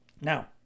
Now